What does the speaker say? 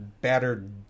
battered